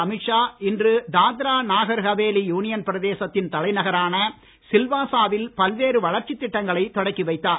அமீத் ஷா இன்று தாத்ரா நாகர் ஹவேலி யூனியன் பிரதேசத்தின் தலைநகரான சில்வாசா வில் பல்வேறு வளர்ச்சித் திட்டங்களைத் தொடக்கி வைத்தார்